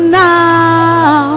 now